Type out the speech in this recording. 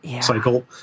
cycle